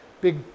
big